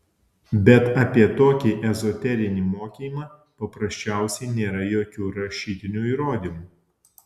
bet apie tokį ezoterinį mokymą paprasčiausiai nėra jokių rašytinių įrodymų